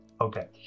Okay